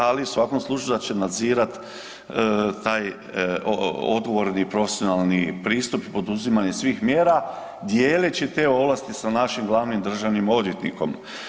Ali u svakom slučaju da će nadzirati taj odgovorni profesionalni pristup poduzimanje svih mjera dijeleći te ovlasti sa našim glavnim državnim odvjetnikom.